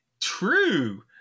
True